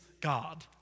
God